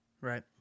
Right